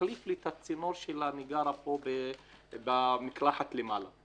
תחליף את הצינור של המקלחת למעלה.